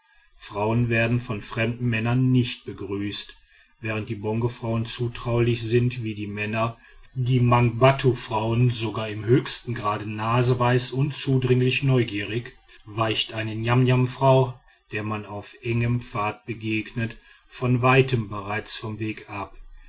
frauen werden von fremden männern nicht begrüßt während die bongofrauen zutraulich sind wie die männer die mangbattufrauen sogar im höchsten grad naseweis und zudringlich neugierig weicht eine niamniamfrau der man auf engem pfad begegnet von weitem bereits vom weg ab